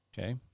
Okay